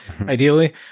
ideally